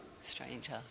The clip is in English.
Stranger